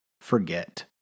forget